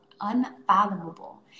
unfathomable